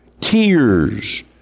tears